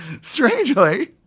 strangely